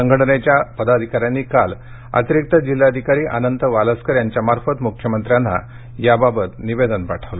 संघटनेच्या पदाधिकाऱ्यांनी काल अतिरिक्त जिल्हाधिकारी अनंत वालस्कर यांच्यामार्फत मुख्यमंत्र्यांना या बाबत निवेदन पाठवलं